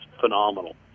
phenomenal